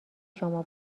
شما